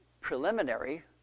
preliminary